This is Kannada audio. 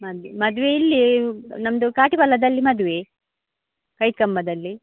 ಮದಿ ಮದುವೆ ಇಲ್ಲಿ ನಮ್ಮದು ಕಾಟಿವಾಳದಲ್ಲಿ ಮದುವೆ ಕೈ ಕಂಬದಲ್ಲಿ